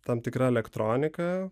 tam tikra elektronika